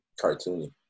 Cartoony